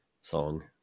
song